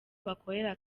bakorera